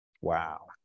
Wow